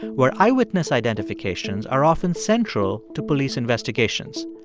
where eyewitness identifications are often central to police investigations.